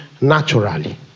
naturally